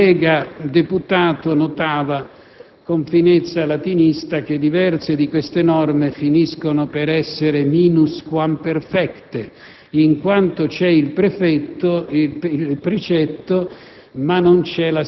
severità, e non tanto delle norme. Un collega deputato notava, con finezza latinista, che diverse di queste norme finiscono per essere *minus* *quam perfectae*